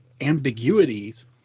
ambiguities